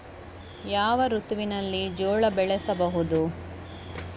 ಯಾವ ಋತುವಿನಲ್ಲಿ ಜೋಳ ಬೆಳೆಸಬಹುದು?